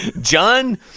John